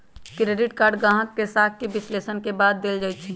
credit card गाहक के साख के विश्लेषण के बाद देल जाइ छइ